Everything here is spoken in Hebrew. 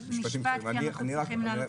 במשפט, כי אנחנו צריכים להעלות את המנכ"ל.